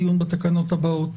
לא בדיון בתקנות הבאות,